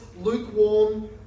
lukewarm